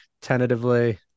tentatively